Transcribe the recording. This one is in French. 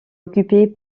occupée